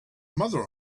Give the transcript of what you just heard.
mother